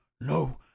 No